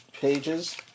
pages